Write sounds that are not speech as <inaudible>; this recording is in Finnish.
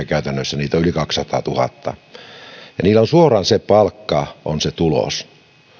<unintelligible> käytännössä yksinyrityksiä niitä on yli kaksisataatuhatta ja niillä suoraan se palkka on se tulos